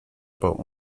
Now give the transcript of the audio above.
about